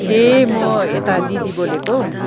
ए म यता दिदी बोलेको हौ